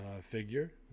Figure